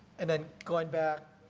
and then going back,